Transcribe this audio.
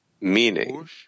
meaning